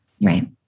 right